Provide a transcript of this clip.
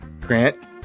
Grant